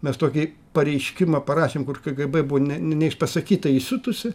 mes tokį pareiškimą parašėm kur kėgėbė buvo ne ne neišpasakytai įsiutusi